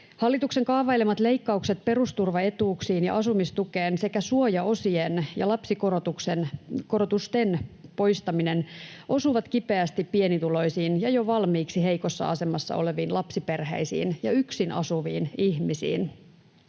Hallituksen kaavailemat leikkaukset perusturvaetuuksiin ja asumistukeen sekä suojaosien ja lapsikorotusten poistaminen osuvat kipeästi pienituloisiin ja jo valmiiksi heikossa asemassa oleviin lapsiperheisiin ja yksin asuviin ihmisiin.